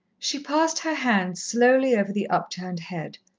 she passed her hand slowly over the upturned head.